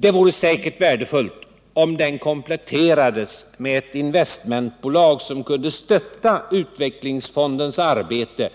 Det vore säkert värdefullt om fonden kompletterades med ett investmentbolag som kunde stötta utvecklingsfondens arbete